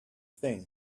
thing